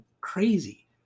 crazy